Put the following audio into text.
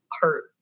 hurt